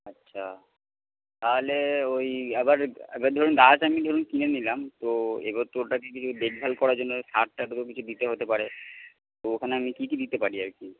আচ্ছা তাহলে ওই এবার এবার ধরুন গাছ আমি ধরুন কিনে নিলাম তো এবার তো ওটাকে কিছু দেখভাল করার জন্য সার টার কিছু দিতে হতে পারে তো ওখানে আমি কী কী দিতে পারি আর কি